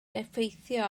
effeithio